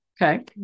Okay